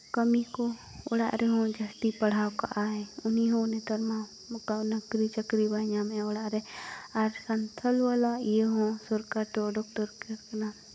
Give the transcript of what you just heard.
ᱠᱟᱹᱢᱤ ᱠᱚ ᱚᱲᱟᱜ ᱨᱮᱦᱚᱸ ᱡᱟᱹᱥᱛᱤ ᱯᱟᱲᱦᱟᱣ ᱠᱟᱜᱼᱟᱭ ᱩᱱᱤ ᱦᱚᱸ ᱱᱮᱛᱟᱨ ᱢᱟ ᱱᱚᱝᱠᱟ ᱱᱩᱠᱨᱤᱼᱪᱟᱹᱠᱨᱤ ᱵᱟᱭ ᱧᱟᱢᱮᱫ ᱚᱲᱟᱜ ᱨᱮ ᱟᱨ ᱥᱟᱱᱛᱷᱟᱞ ᱵᱟᱞᱟ ᱤᱭᱟᱹ ᱦᱚᱸ ᱥᱚᱨᱠᱟᱨ ᱫᱚ ᱚᱰᱚᱠ ᱫᱚᱨᱠᱟᱨ ᱠᱟᱱᱟ